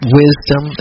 wisdom